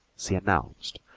she announced,